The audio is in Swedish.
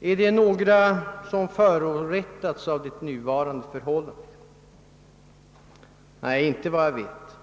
Är det några som förorättats av det nuvarande förhållandet? Nej, inte vad jag vet.